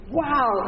wow